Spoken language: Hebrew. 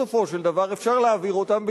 בסופו של דבר אפשר להעביר אותם,